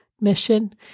mission